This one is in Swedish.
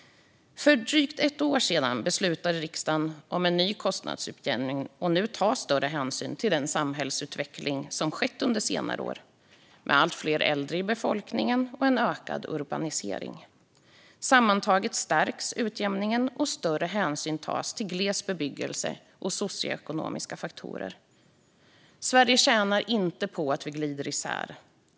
För drygt ett år sedan beslutade riksdagen om en ny kostnadsutjämning, och nu tas större hänsyn till den samhällsutveckling som skett under senare år, med allt fler äldre i befolkningen och en ökad urbanisering. Sammantaget stärks utjämningen, och större hänsyn tas till gles bebyggelse och socioekonomiska faktorer. Sverige tjänar inte på att vi glider isär.